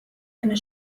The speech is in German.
einer